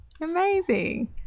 Amazing